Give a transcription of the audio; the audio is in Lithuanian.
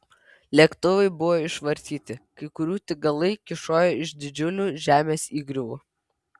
lėktuvai buvo išvartyti kai kurių tik galai kyšojo iš didžiulių žemės įgriuvų